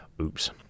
Oops